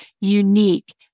unique